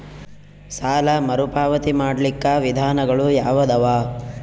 ಸಾಲ ಮರುಪಾವತಿ ಮಾಡ್ಲಿಕ್ಕ ವಿಧಾನಗಳು ಯಾವದವಾ?